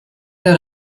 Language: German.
der